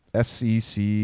SEC